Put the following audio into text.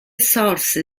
sorse